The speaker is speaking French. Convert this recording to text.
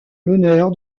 l’honneur